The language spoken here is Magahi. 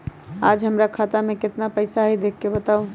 आज हमरा खाता में केतना पैसा हई देख के बताउ?